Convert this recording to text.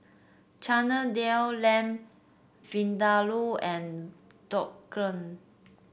Chana Dal Lamb Vindaloo and Dhokla